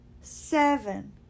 seven